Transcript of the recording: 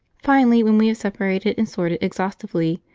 finally, when we have separated and sorted exhaustively,